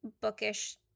bookish